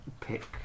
pick